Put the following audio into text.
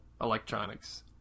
Electronics